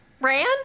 Ran